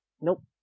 Nope